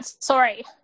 sorry